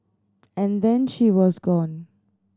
and then she was gone